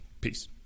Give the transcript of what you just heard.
Peace